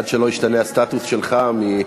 עד שלא ישתנה הסטטוס שלך, אני מסכים,